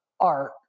art